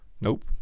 Nope